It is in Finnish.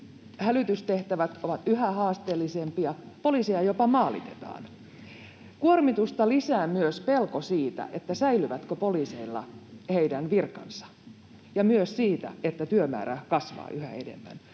Hälytystehtävät ovat yhä haasteellisempia, poliisia jopa maalitetaan. Kuormitusta lisää myös pelko siitä, säilyvätkö poliiseilla heidän virkansa, ja myös siitä, että työmäärä kasvaa yhä enemmän.